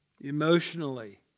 emotionally